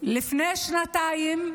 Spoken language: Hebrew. לפני שנתיים,